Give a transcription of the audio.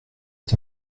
est